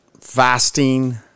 fasting